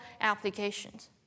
applications